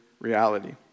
reality